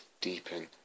deepen